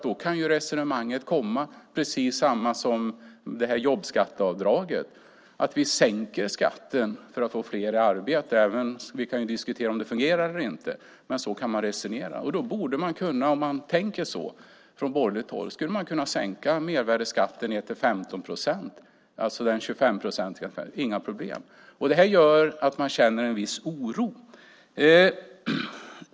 Då kan samma resonemang som för jobbskatteavdraget komma, nämligen att man sänker skatten för att få fler i arbete. Om det fungerar eller inte kan vi diskutera, men så kan man resonera. Tänker man så från borgerligt håll skulle man kunna sänka mervärdesskatten från 25 procent till 15 procent. Det gör att vi känner en viss oro.